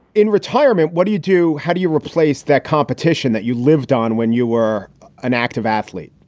in retirement what do you do? how do you replace that competition that you lived on when you were an active athlete?